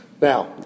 Now